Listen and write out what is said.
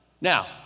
Now